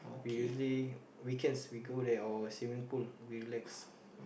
we usually weekends we go there or swimming pool we relax